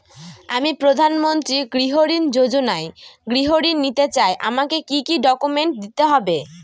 আমি প্রধানমন্ত্রী গৃহ ঋণ যোজনায় গৃহ ঋণ নিতে চাই আমাকে কি কি ডকুমেন্টস দিতে হবে?